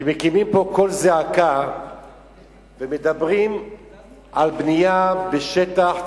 מקימים פה קול זעקה ומדברים על בנייה בשטח ציבורי,